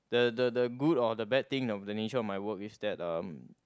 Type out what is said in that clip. the the the good or the bad thing of the nature of my work is that uh